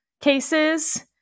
cases